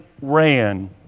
ran